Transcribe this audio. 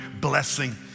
blessing